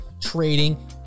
trading